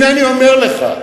הנה אני אומר לך,